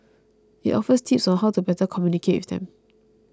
it offers tips on how to better communicate with them